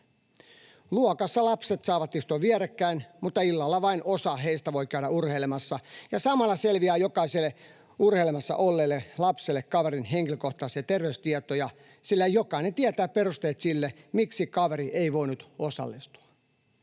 Luokassa lapset saavat istua vierekkäin, mutta illalla vain osa heistä voi käydä urheilemassa, ja samalla selviää jokaiselle urheilemassa olleelle lapselle kaverin henkilökohtaisia terveystietoja, sillä jokainen tietää perusteet sille, miksi kaveri ei voinut osallistua.